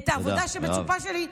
את העבודה שמצופה ממני,